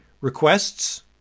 requests